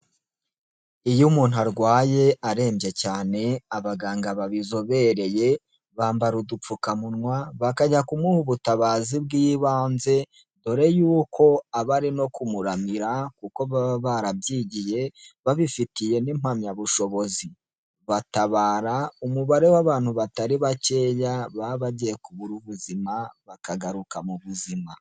Iyo umuntu arwaye arembye cyane abaganga babizobereye, bambara udupfukamunwa bakajya kumuha ubutabazi bw'ibanze, dore yuko abari no kumuramira kuko baba barabyigiye babifitiye n'impamyabushobozi. Batabara umubare w'abantu batari bakeya, baba bagiye kubura ubuzima bakagaruka mu buzima.